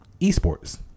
Esports